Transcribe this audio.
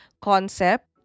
concept